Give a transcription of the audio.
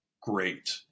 great